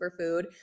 superfood